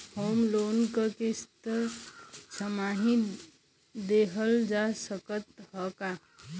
Home loan क किस्त छमाही देहल जा सकत ह का?